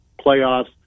playoffs